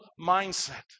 mindset